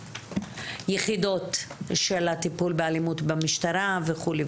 יחידות של הטיפול באלימות במשטרה וכו'.